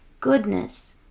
goodness